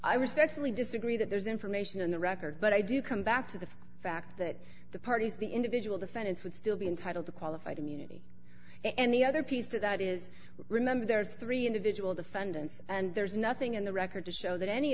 i respectfully disagree that there's information in the record but i do come back to the fact that the parties the individual defendants would still be entitled to qualified immunity and the other piece of that is remember there's three individual defendants and there's nothing in the record to show that any